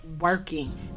Working